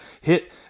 hit